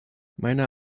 meiner